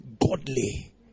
godly